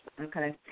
Okay